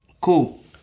cool